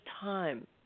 time